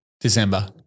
December